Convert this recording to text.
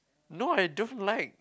no I don't like